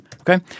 Okay